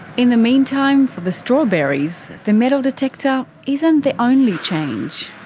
in the meantime, for the strawberries, the metal detector isn't the only change.